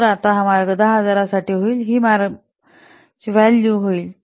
तर आता हा मार्ग 10000 साठी होईल हि या मार्गाची व्हॅल्यू होईल